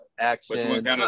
action